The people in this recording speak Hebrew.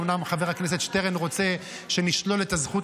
אומנם חבר הכנסת שטרן רוצה שנשלול את הזכות